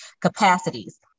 capacities